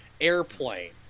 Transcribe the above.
airplane